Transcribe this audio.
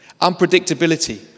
unpredictability